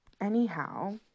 anyhow